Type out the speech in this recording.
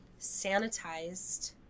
sanitized